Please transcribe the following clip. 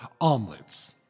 omelets